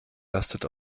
lastet